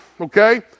Okay